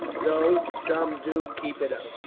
though some do keep it up.